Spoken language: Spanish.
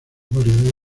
variedades